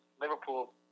Liverpool